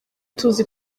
tuzi